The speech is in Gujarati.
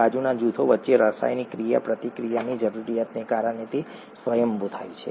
બાજુના જૂથો વચ્ચે રાસાયણિક ક્રિયાપ્રતિક્રિયાની જરૂરિયાતને કારણે તે તે સ્વયંભૂ થાય છે